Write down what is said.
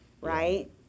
right